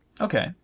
Okay